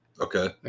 Okay